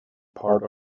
part